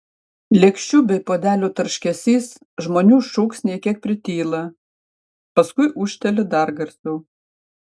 lėkščių bei puodelių tarškesys žmonių šūksniai kiek prityla paskui ūžteli dar garsiau